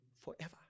forever